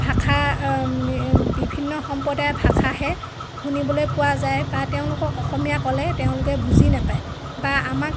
ভাষা বিভিন্ন সম্প্ৰদায়ৰ ভাষাহে শুনিবলৈ পোৱা যায় বা তেওঁলোকক অসমীয়া ক'লে তেওঁলোকে বুজি নাপায় বা আমাক